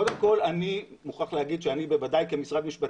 אני מוכרח לומר שאני כמשרד משפטים